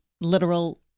literal